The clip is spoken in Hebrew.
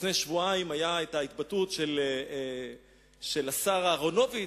לפני שבועיים היתה ההתבטאות של השר אהרונוביץ,